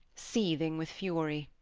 seething with fury.